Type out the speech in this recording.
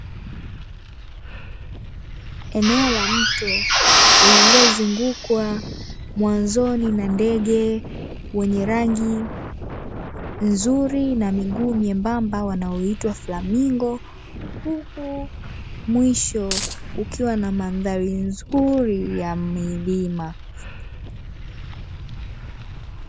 Eneo la mto lililozungukwa mwanzoni na ndege wenye rangi nzuri na miguu nyembamba wanaoitwa flamingo, huku mwisho ukiwa na mandhari nzuri ya milima